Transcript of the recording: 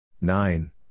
Nine